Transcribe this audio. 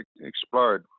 explode